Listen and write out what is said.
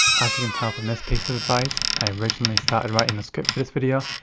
as you can tell from this piece of advice, i originally started writing the script for this video,